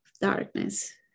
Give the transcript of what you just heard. darkness